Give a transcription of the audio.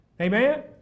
Amen